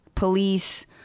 police